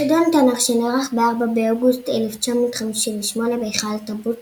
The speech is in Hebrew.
בחידון הארצי שנערך ב-4 באוגוסט 1958 בהיכל התרבות